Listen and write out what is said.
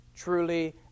truly